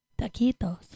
taquitos